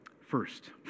First